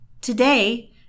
Today